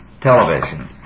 television